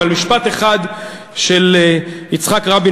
אבל משפט אחד של יצחק רבין,